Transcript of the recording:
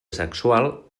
sexual